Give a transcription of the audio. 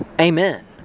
Amen